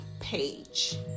page